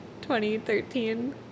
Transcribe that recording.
2013